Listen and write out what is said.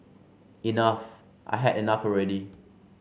enough I had enough already